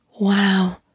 Wow